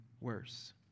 worse